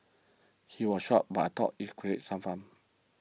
he was shocked but I thought if create some fun